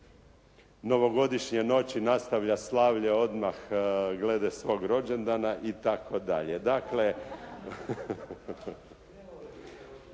novogodišnje noći nastavlja slavlje odmah glede svog rođendana itd. Dakle,